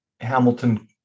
Hamilton